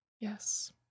Yes